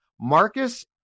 Marcus